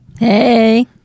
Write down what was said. Hey